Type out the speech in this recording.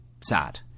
sad